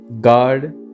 God